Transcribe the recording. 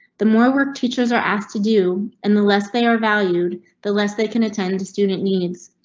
the more work teachers are asked to do and the less they are valued, the less they can attend to student needs.